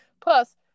plus